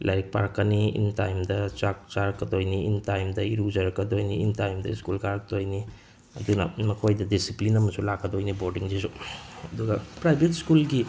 ꯂꯥꯏꯔꯤꯛ ꯄꯥꯔꯛꯀꯅꯤ ꯏꯟ ꯇꯥꯏꯝꯗ ꯆꯥꯛ ꯆꯥꯔꯛꯀꯗꯣꯏꯅꯤ ꯏꯟ ꯇꯥꯏꯝꯗ ꯏꯔꯨꯖꯔꯛꯀꯗꯣꯏꯅꯤ ꯏꯟ ꯇꯥꯏꯝꯗ ꯁ꯭ꯀꯨꯜ ꯀꯥꯔꯛꯇꯣꯏꯅꯤ ꯑꯗꯨꯅ ꯃꯈꯣꯏꯗ ꯗꯤꯁꯤꯄ꯭ꯂꯤꯟ ꯑꯃꯁꯨ ꯂꯥꯛꯀꯗꯣꯏꯅꯦ ꯕꯣꯔꯗꯤꯡꯁꯤꯁꯨ ꯑꯗꯨꯒ ꯄ꯭ꯔꯥꯏꯚꯦꯠ ꯁ꯭ꯀꯨꯜꯒꯤ